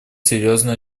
серьезно